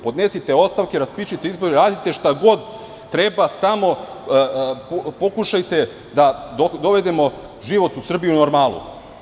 Podnesite ostavke, raspišite izbore, radite šta god treba samo pokušajte da dovedemo život u Srbiji u normalu.